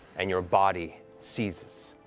and your body seizes,